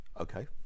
Okay